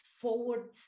forward